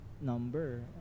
number